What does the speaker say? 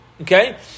okay